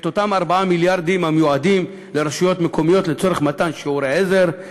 אותם 4 מיליארדים המיועדים לרשויות מקומיות לצורך מתן שירותי עזר,